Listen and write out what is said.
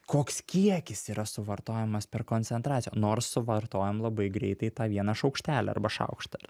koks kiekis yra suvartojamas per koncentraciją nors suvartojam labai greitai tą vieną šaukštelį arba šaukštą